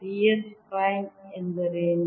D s prime ಎಂದರೇನು